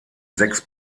sechs